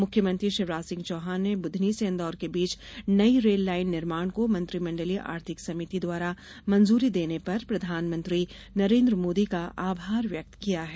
मुख्यमंत्री शिवराज सिंह चौहान ने बुधनी से इंदौर के बीच नई रेल लाईन निर्माण को मंत्रिमंडलीय आर्थिक समिति द्वारा मंजूरी देने पर प्रधानमंत्री नरेन्द्र मोदी का आभार व्यक्त किया है